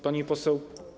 Pani Poseł!